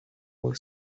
boy